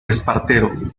espartero